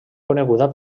coneguda